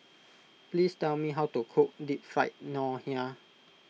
please tell me how to cook Deep Fried Ngoh Hiang